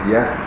Yes